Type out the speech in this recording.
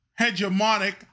hegemonic